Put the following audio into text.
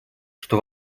что